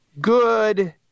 Good